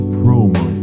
promo